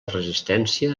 resistència